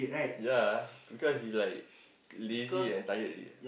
yea because it's like lazy and tired already